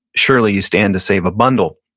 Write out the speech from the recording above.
surely you stand to save a bundle.